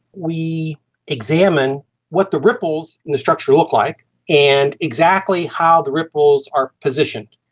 we examine what the ripples in the structure look like and exactly how the ripples are positioned.